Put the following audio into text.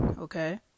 okay